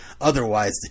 otherwise